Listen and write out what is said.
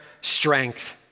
strength